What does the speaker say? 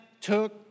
took